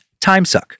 timesuck